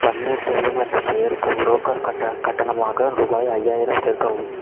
பன்னீர்செல்வம் என்ற பெயருக்கு புரோக்கர் கட்ட கட்டணமாக ரூபாய் ஐயாயிரம் சேர்க்கவும்